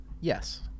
Yes